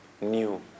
new